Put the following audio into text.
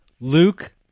Luke